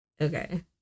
Okay